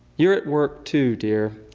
you're at work too, dear,